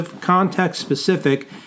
context-specific